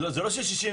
זה לא של-67%